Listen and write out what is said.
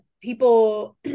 people